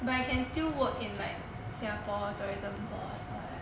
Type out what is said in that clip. but I can still work in like singapore tourism board [what]